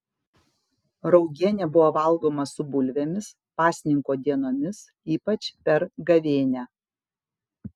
raugienė buvo valgoma su bulvėmis pasninko dienomis ypač per gavėnią